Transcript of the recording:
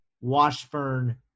Washburn